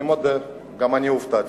אני מודה, גם אני הופתעתי.